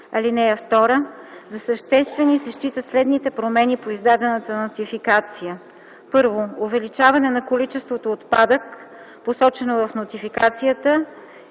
(2) За съществени се считат следните промени по издадената нотификация: 1. увеличаване на количеството отпадък, посочено в нотификацията,